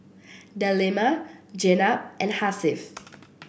Delima Jenab and Hasif